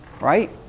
Right